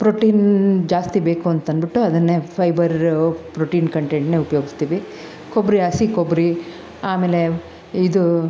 protein ಜಾಸ್ತಿ ಬೇಕು ಅಂತನ್ಬಿಟ್ಟು ಅದನ್ನೇ ಫೈಬರ್ ಪ್ರೋಟೀನ್ ಕಂಟೆಂಟನ್ನೇ ಉಪ್ಯೋಗಿಸ್ತೀವಿ ಕೊಬ್ಬರಿ ಹಸಿ ಕೊಬ್ಬರಿ ಆಮೇಲೆ ಇದು